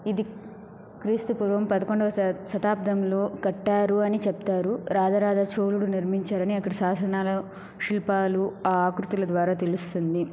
ఇది క్రీస్తుపూర్వం పదుకొండవ శతాబ్దంలో కట్టారు అని చెప్తారు రాజరాజ చోళుడు నిర్మించాడని అక్కడ శాసనాలు శిల్పాలు ఆ ఆకృతులు ద్వారా తెలుస్తుంది